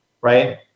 right